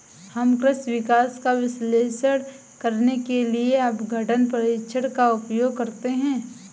हम कृषि विकास का विश्लेषण करने के लिए अपघटन परीक्षण का उपयोग करते हैं